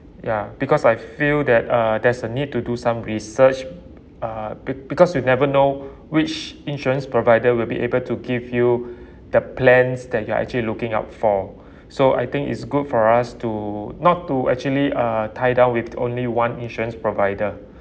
ya because I feel that uh there's a need to do some research uh be~ because you never know which insurance providers will be able to give you the plans that you are actually looking up for so I think it's good for us to not to actually uh tie down with only one insurance provider